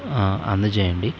అందచేయండి